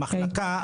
המחלקה,